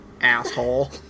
Asshole